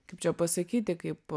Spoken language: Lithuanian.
kaip čia pasakyti kaip